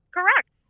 Correct